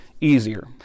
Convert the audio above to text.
easier